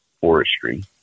forestry